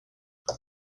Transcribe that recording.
this